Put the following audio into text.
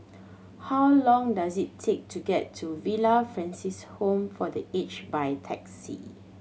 how long does it take to get to Villa Francis Home for The Aged by taxi